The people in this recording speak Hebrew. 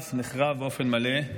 נשרף ונחרב באופן מלא.